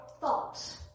thoughts